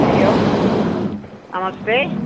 हरिः ओम् नमस्ते